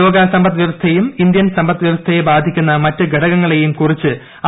ലോക സമ്പദ് വ്യവസ്ഥയെയും ഇന്ത്യൻ സമ്പദ് വ്യവ്സ്ഥ്ക്യ ബാധിക്കുന്ന മറ്റു ഘടകങ്ങളെയും കുറിച്ച് ആ